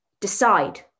Decide